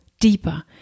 deeper